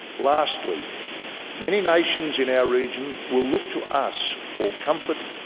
lastly many nations in our region will look to us for comfort,